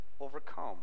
overcome